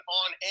on